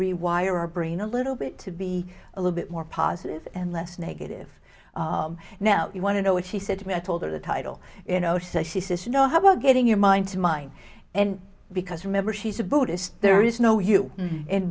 rewire our brain a little bit to be a little bit more positive and less negative now you want to know what he said to me i told her the title you know so she says you know how about getting your mind to mine and because remember she's a buddhist there is no you in